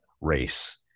race